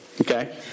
Okay